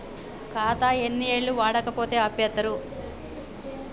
ఖాతా ఎన్ని ఏళ్లు వాడకపోతే ఆపేత్తరు?